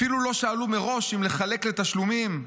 אפילו לא שאלו מראש אם לחלק לתשלומים,